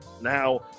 now